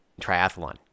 triathlon